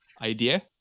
idea